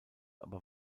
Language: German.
aber